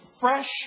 fresh